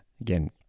again